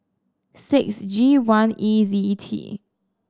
six G one E Z T